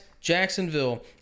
Jacksonville